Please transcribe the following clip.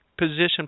Position